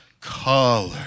color